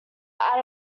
out